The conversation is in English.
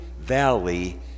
valley